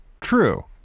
True